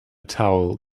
towel